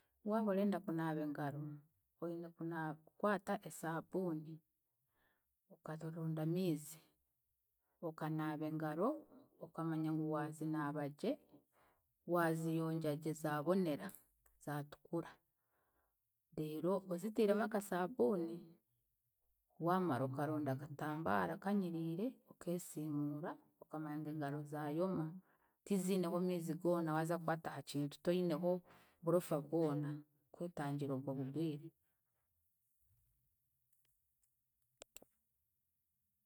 Waaba orenda kunaaba engaro, oine kunaa kukwata esaabuuni, okaronda amiizi, okanaaba engaro, okamanya ngu waazinaaba gye, waaziyonjagye zaabonera zaatukura reero ozitiiremu akasaabuuni. Waamara okaronda akatambaara kanyiriire okeesiimuura okamanya ngu engaro zaayoma tiziineho miizi goona waaza kukwata aha kintu toineho burofa bwona kwetangira obwo bugwire.